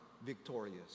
victorious